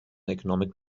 economic